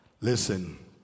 listen